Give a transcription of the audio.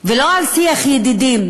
ולא על שיח ידידים,